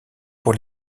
pour